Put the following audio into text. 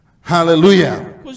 Hallelujah